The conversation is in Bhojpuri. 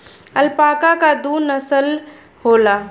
अल्पाका क दू नसल होला